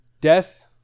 Death